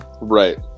Right